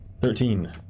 Thirteen